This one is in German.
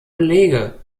belege